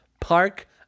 Park